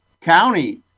County